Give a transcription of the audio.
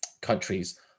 countries